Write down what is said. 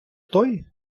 той